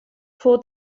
fou